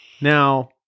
Now